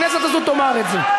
הכנסת הזו תאמר את זה.